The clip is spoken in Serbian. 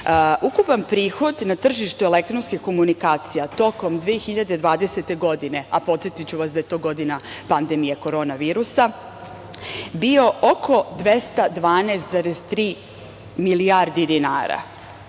prihod na tržištu elektronskih komunikacija tokom 2020. godine, a podsetiću vas da je to godina pandemije korona virusa, bio je oko 212,3 milijardi dinara,